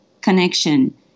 connection